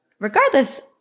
regardless